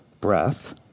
breath